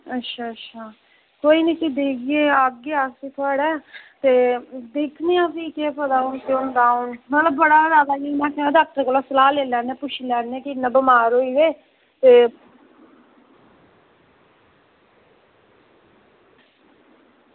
अच्छा अच्छा भी कोई निं दिक्खगे आह्गे थुआढ़े ते भी दिक्खने आं केह् करना एह् बड़ा गै जादे में हां डॉक्टर कोला पुच्छी लैने आं सलाह् लेई लैने आं ते इन्ना बमार होई गेदे ते